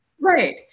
Right